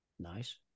nice